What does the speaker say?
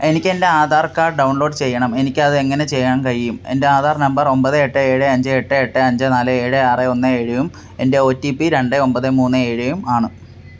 എനിക്ക് എൻ്റെ Aadhaar card download ചെയ്യണം എനിക്ക് അത് എങ്ങനെ ചെയ്യാൻ കഴിയും എൻ്റെ ആധാർ നമ്പർ ഒമ്പത് എട്ട് ഏഴ് അഞ്ച് എട്ട് എട്ട് അഞ്ച് നാല് ഏഴ് ആറ് ഒന്ന് ഏഴും എൻ്റെ ഒ റ്റി പി രണ്ട് ഒമ്പത് മൂന്ന് ഏഴും ആണ്